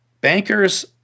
Bankers